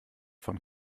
von